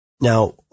Now